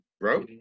bro